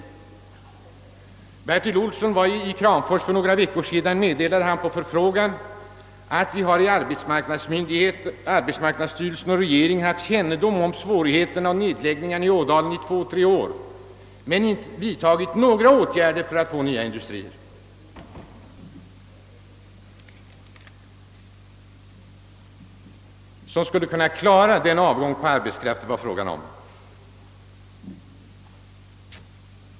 Då arbetsmarknadsstyrelsens direktör Bertil Olsson var i Kramfors för några veckor sedan meddelade han på förfrågan att arbetsmarknadsstyrelsen och regeringen sedan två, tre år haft kännedom om svårigheterna och nedläggningarna i Ådalen, men man har inte vidtagit några åtgärder för att få dit nya industrier, som skulle kunna sysselsätta den friställda arbetskraften.